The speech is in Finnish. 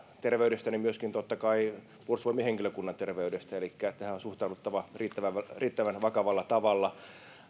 terveydestä myöskin totta kai puolustusvoimien henkilökunnan terveydestä elikkä tähän on suhtauduttava riittävän riittävän vakavalla tavalla